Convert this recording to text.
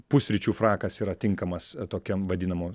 pusryčių frakas yra tinkamas tokiam vadinamų